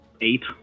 eight